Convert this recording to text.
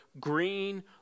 green